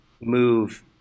move